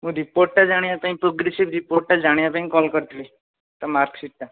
ମୁଁ ରିପୋର୍ଟ୍ ଟା ଜାଣିବା ପାଇଁ ପ୍ରୋଗେସିଭ୍ ରିପୋର୍ଟ୍ ଟା ଜାଣିବା ପାଇଁ କଲ୍ କରିଥିଲି ତା ମାର୍କ୍ ସିଟ୍ ଟା